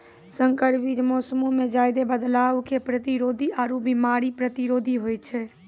संकर बीज मौसमो मे ज्यादे बदलाव के प्रतिरोधी आरु बिमारी प्रतिरोधी होय छै